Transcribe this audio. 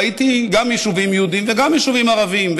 ראיתי גם יישובי יהודים וגם יישובי ערבים,